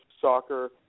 soccer